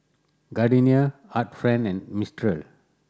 Gardenia Art Friend and Mistral